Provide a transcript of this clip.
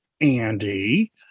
Andy